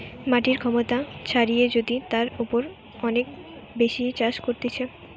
মাটির ক্ষমতা ছাড়িয়ে যদি তার উপর অনেক বেশি চাষ করতিছে